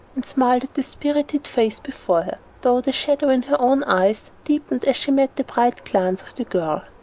and smiled at the spirited face before her, though the shadow in her own eyes deepened as she met the bright glance of the girl.